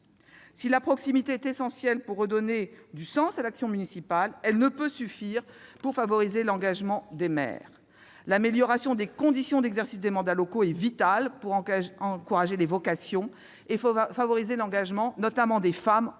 Si la proximité est essentielle pour redonner du sens à l'action municipale, elle ne peut suffire pour favoriser l'engagement des maires. L'amélioration des conditions d'exercice des mandats locaux est vitale pour encourager les vocations et favoriser l'engagement en politique, notamment des femmes. Seuls